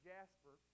Jasper